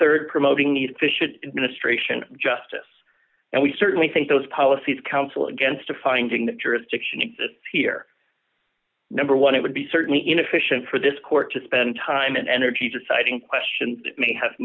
and rd promoting these fish should ministration justice and we certainly think those policies counsel against a finding that jurisdiction exists here number one it would be certainly inefficient for this court to spend time and energy deciding questions that may have